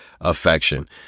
affection